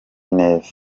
neza